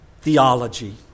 theology